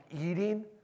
eating